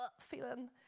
feeling